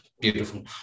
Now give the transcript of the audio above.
beautiful